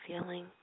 Feeling